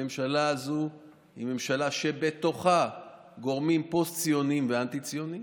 הממשלה הזאת היא ממשלה שבתוכה גורמים פוסט-ציוניים ואנטי-ציוניים,